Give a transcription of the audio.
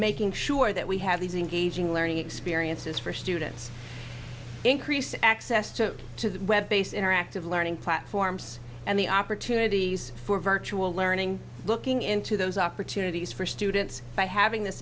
making sure that we have these engaging learning experiences for students increase access to to the web based interactive learning platforms and the opportunities for virtual learning looking into those opportunities for students by having this